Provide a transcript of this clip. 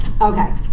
Okay